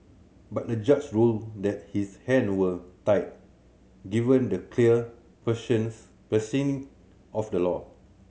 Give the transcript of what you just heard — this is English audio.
but the judge ruled that his hand were tied given the clear phrases phrasing of the law